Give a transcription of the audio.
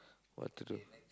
what to do